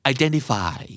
Identify